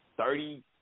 Thirty